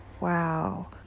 wow